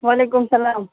وعلیکُم السلام